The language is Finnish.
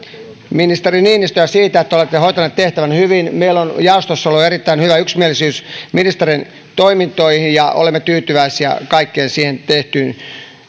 ministeri niinistöä siitä että olette hoitanut tehtävänne hyvin meillä on jaostossa ollut erittäin hyvä yksimielisyys ministerin toimintoihin ja olemme tyytyväisiä kaikkeen siihen tehtyyn